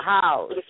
house